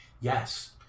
yes